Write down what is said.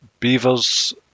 Beavers